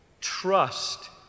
trust